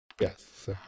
Yes